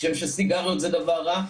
כשם שסיגריות זה דבר רע,